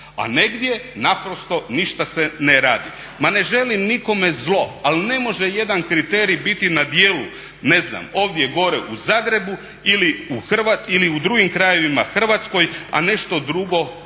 a negdje naprosto ništa se ne radi. Ma ne želim nikome zlo, ali ne može jedan kriterij bit na djelu ovdje gore u Zagrebu ili u drugim krajevima Hrvatske, a nešto drugo dole u